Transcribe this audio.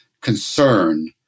concern